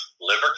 Liver